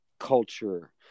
culture